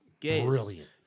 Brilliant